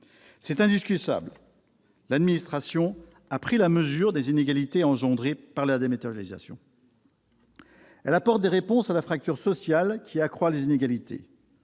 C'est indiscutable, l'administration a pris la mesure des inégalités entraînées par la dématérialisation. Elle apporte des réponses à la fracture sociale qui accroît les inégalités.